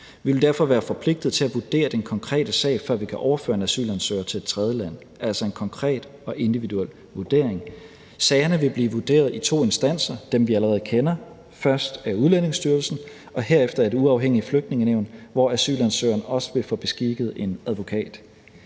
Vi vil derfor være forpligtet til at vurdere den konkrete sag, før vi kan overføre en asylansøger til et tredjeland, altså en konkret og individuel vurdering. Sagerne vil blive vurderet i to instanser – dem, vi allerede kender – først af Udlændingestyrelsen og herefter af et uafhængigt flygtningenævn, hvor asylansøgeren også vil få beskikket en advokat.